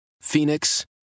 Phoenix